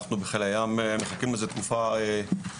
אנחנו בחיל הים מחכים לזה תקופה ארוכה.